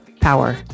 power